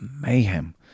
mayhem